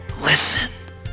Listen